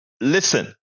listen